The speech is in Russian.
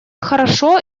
хорошо